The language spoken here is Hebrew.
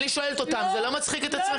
אני שואלת אותך זה לא מצחיק אתכם?